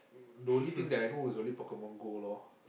the only thing that I know is only Pokemon Go lor